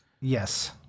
Yes